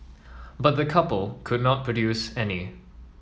but the couple could not produce any